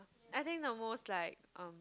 I think the most like um